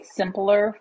simpler